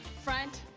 front.